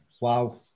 wow